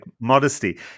modesty